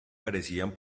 parecían